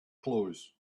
close